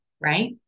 right